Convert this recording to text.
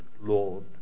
Lord